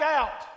out